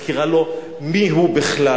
מזכירה להם מיהם בכלל.